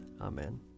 Amen